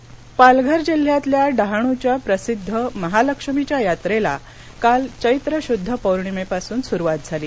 यात्रा पालघर पालघर जिल्ह्यातल्या डहाणूच्या प्रसिद्ध महालक्ष्मीच्या यात्रेला काल चैत्र शुद्ध पौर्णिमेपासून सुरुवात झाली